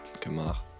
gemacht